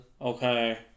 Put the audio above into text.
Okay